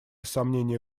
сомнения